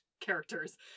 characters